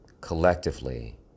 collectively